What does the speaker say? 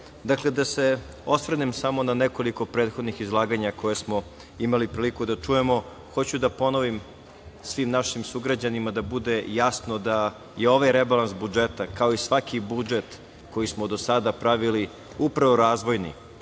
dakle da se osvrnem samo na nekoliko prethodnih izlaganja koje smo imali priliku da čujemo, hoću da ponovim svim našim sugrađanima da bude jasno da je ovaj rebalans budžeta kao i svaki budžet, koji smo do sada pravili, upravo razvojni